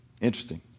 Interesting